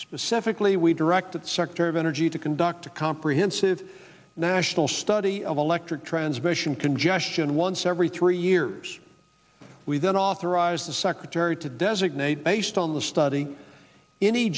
specifically we direct the secretary of energy to conduct a comprehensive national study of electric transmission congestion once every three years we've been authorized the secretary to designate based on the study